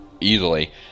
easily